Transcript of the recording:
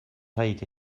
rhaid